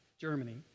Germany